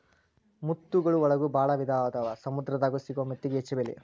ಮುತ್ತುಗಳ ಒಳಗು ಭಾಳ ವಿಧಾ ಅದಾವ ಸಮುದ್ರ ದಾಗ ಸಿಗು ಮುತ್ತಿಗೆ ಹೆಚ್ಚ ಬೆಲಿ